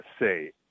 say